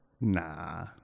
Nah